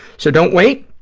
so don't wait.